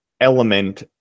element